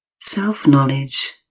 self-knowledge